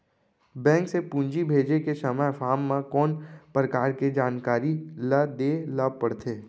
Bank से पूंजी भेजे के समय फॉर्म म कौन परकार के जानकारी ल दे ला पड़थे?